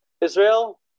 israel